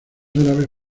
árabes